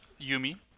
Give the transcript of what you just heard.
Yumi